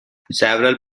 several